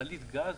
מכלית גז,